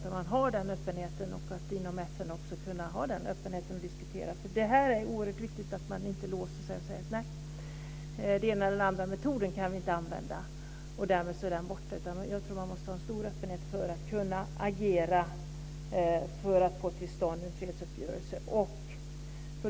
Man måste ha den här öppenheten i diskussionen, också inom FN. Det är oerhört viktigt att man inte låser sig och säger: Den och den metoden kan vi inte använda, och därmed är den borta. Jag tror att man måste ha en stor öppenhet för att kunna agera för att få till stånd en fredsuppgörelse.